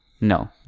No